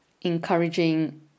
encouraging